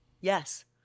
Yes